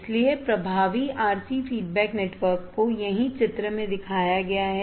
इसलिए प्रभावी RC feedback network को यहीं चित्र में दिखाया गया है